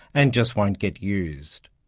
and just won't get used.